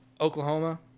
Oklahoma